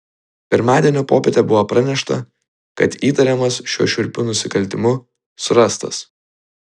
pirmadienio popietę buvo pranešta kad įtariamas šiuo šiurpiu nusikaltimu surastas